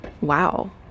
wow